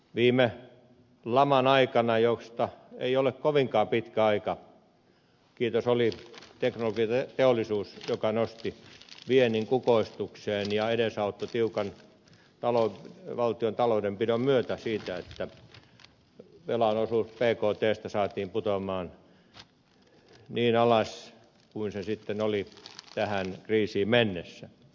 viime laman aikana josta ei ole kovinkaan pitkä aika kiitos oli teknologiateollisuuden joka nosti viennin kukoistukseen ja edesauttoi tiukan valtion taloudenpidon myötä että velan osuus bktstä saatiin putoamaan niin alas kuin se sitten oli tullut tähän kriisiin mennessä